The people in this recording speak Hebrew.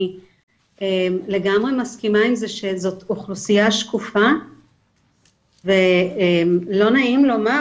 אני לגמרי מסכימה עם זה שזאת אוכלוסייה שקופה ולא נעים לומר,